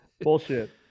Bullshit